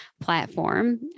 platform